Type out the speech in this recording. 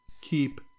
keep